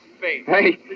Hey